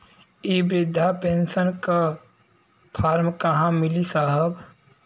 इ बृधा पेनसन का फर्म कहाँ मिली साहब?